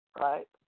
right